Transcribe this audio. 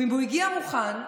אם הוא הגיע מוכן.